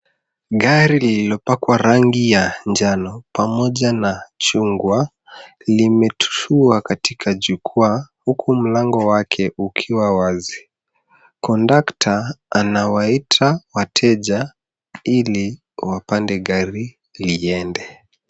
Gari lililopakwa rangi ya njano pamoja na chungwa, limetushua katika jukwaa huku mlango wake ukiwa wazi. Kondakta anawaita wateja ili wapande gari liende.